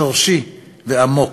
שורשי ועמוק.